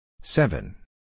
Seven